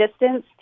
distance